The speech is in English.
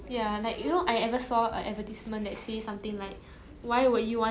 orh